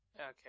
Okay